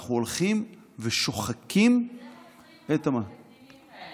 שאנחנו הולכים ושוחקים --- איך עוצרים אותם מתקדימים כאלה